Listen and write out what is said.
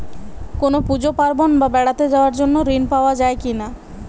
কোনো পুজো পার্বণ বা বেড়াতে যাওয়ার জন্য ঋণ পাওয়া যায় কিনা?